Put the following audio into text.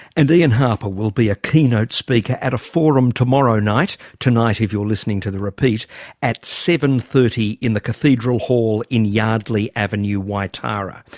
and ian harper will be a keynote speaker at a forum tomorrow night. tonight if you're listening to the repeat at seven. thirty in the cathedral hall in yardley avenue waitara.